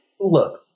Look